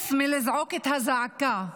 חוץ מלזעוק את הזעקה.